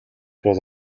бол